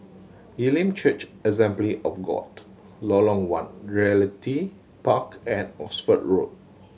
Elim Church Assembly of God Lorong One Realty Park and Oxford Road